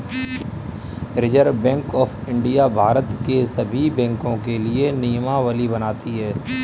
reserve Bank of India Bharat के सभी बैंकों के लिए नियमावली बनाती है